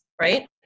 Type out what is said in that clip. right